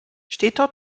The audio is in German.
steter